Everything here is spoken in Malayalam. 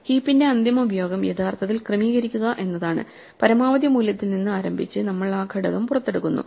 ഹീപ്പിന്റെ അന്തിമ ഉപയോഗം യഥാർത്ഥത്തിൽ ക്രമീകരിക്കുക എന്നതാണ് പരമാവധി മൂല്യത്തിൽ നിന്ന് ആരംഭിച്ച് നമ്മൾ ആ ഘടകം പുറത്തെടുക്കുന്നു